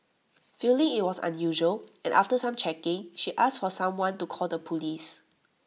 feeling IT was unusual and after some checking she asked for someone to call the Police